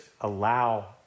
allow